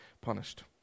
punished